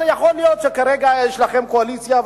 יכול להיות שכרגע יש לכם קואליציה,